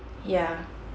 ya